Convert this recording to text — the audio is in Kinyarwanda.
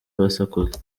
basakuza